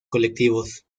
colectivos